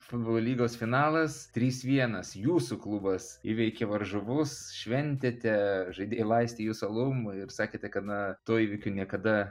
futbolo lygos finalas trys vienas jūsų klubas įveikė varžovus šventėte žaidėjai laistė jus alum ir sakėte kad na to įvykio niekada